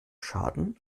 schaden